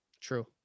True